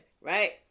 right